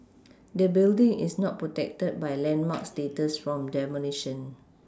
the building is not protected by landmark status from demolition